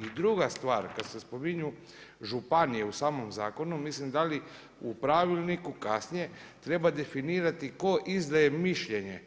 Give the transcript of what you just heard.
I druga stvar kada se spominju županije u samom zakonu, da li u pravilniku kasnije treba definirati tko izdaje mišljenje,